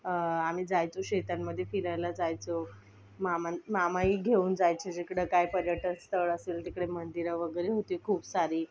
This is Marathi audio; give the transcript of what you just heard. आम्ही जायचो शेतांमध्ये फिरायला जायचो मामा मामाही घेऊन जायचे जिकडं काय पर्यटनस्थळ असेल तिकडे मंदिरं वगैरे होती खूप सारी